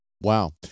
Wow